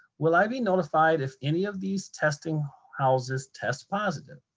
will i be notified if any of these testing houses test positive?